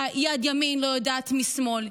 יד ימין לא יודעת משמאל.